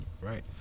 right